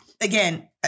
again